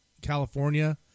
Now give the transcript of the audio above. California